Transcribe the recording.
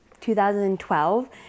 2012